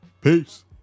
Peace